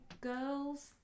girls